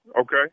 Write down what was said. Okay